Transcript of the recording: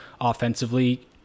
offensively